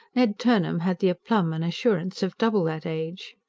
ned turnharn had the aplomb and assurance of double that age.